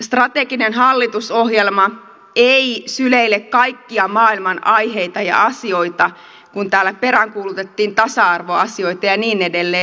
strateginen hallitusohjelma ei syleile kaikkia maailman aiheita ja asioita kun täällä peräänkuulutettiin tasa arvoasioita ja niin edelleen